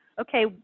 okay